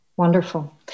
Wonderful